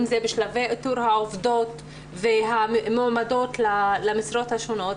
אם זה בשלבי איתור העובדות והמועמדות למשרות השונות,